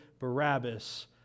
Barabbas